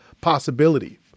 possibility